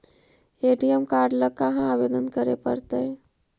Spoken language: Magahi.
ए.टी.एम काड ल कहा आवेदन करे पड़तै?